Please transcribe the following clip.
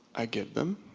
i give them,